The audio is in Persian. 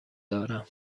دارم